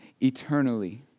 eternally